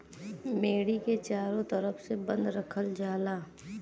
मेड़ी के चारों तरफ से बंद रखल जाला